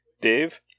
Dave